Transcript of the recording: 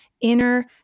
inner